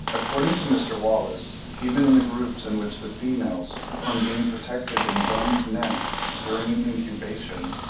according to mr. wallace, even in the groups in which the females, from being protected in domed nests during incubation,